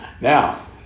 Now